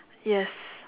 yes